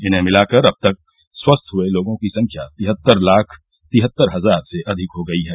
इन्हें मिलाकर अब तक स्वस्थ हुए लोगों की संख्या तिहत्तर लाख तिहत्तर हजार से अधिक हो गई है